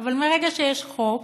אבל מרגע שיש חוק,